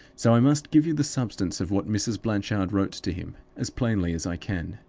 so i must give you the substance of what mrs. blanchard wrote to him, as plainly as i can.